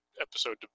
episode